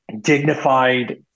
dignified